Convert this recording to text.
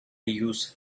use